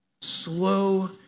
Slow